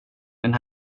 den